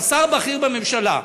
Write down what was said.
אתה שר בכיר בממשלה,